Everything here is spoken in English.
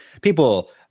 people